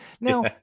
now